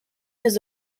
his